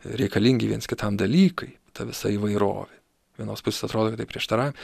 reikalingi viens kitam dalykai ta visa įvairovė vienos pusės atrodokad tai prieštaravimai